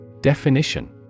Definition